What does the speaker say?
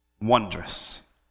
wondrous